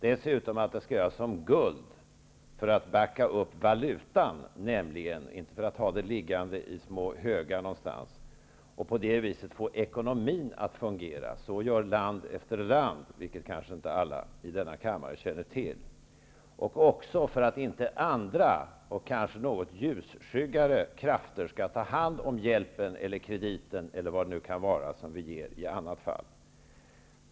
Dessutom skall det betalas tillbaka som guld, för att backa upp valutan, inte för att man skall ha det liggande i små högar någonstans, och på det viset få ekonomin att fungera -- så gör land efter land, vilket kanske inte alla i denna kammare känner till -- och också för att inte andra, kanske något ljusskyggare krafter, skall ta hand om hjälpen, krediten eller vad det nu kan vara som vi ger i annat fall.